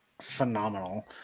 phenomenal